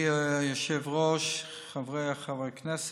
אדוני היושב-ראש, חבריי חברי הכנסת,